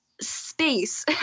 space